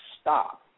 stop